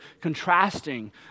contrasting